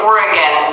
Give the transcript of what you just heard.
Oregon